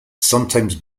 sometimes